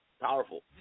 powerful